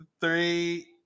three